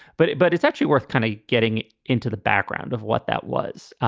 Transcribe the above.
but but it's actually worth kind of getting into the background of what that was.